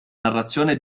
narrazione